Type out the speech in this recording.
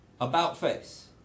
about-face